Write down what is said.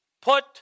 put